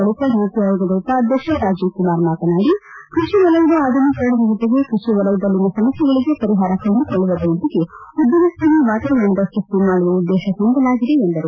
ಬಳಿಕ ನೀತಿ ಆಯೋಗ ಉಪಾಧ್ಯಕ್ಷ ರಾಜೀವ್ಕುಮಾರ್ ಮಾತನಾಡಿ ಕ್ವಷಿ ವಲಯದ ಆಧುನೀಕರಣದ ಜೊತೆಗೆ ಕ್ವಷಿ ವಲಯದಲ್ಲಿನ ಸಮಸ್ಟೆಗಳಿಗೆ ಪರಿಹಾರ ಕಂಡುಕೊಳ್ಳುವುದರೊಂದಿಗೆ ಉದ್ದಮ ಸ್ನೇಹಿ ವಾತಾವರಣವನ್ನು ಸೃಷ್ಠಿ ಮಾಡುವ ಉದ್ದೇಶ ಹೊಂದಲಾಗಿದೆ ಎಂದರು